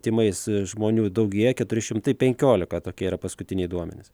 tymais žmonių daugėja keturi šimtai penkiolika tokie yra paskutiniai duomenys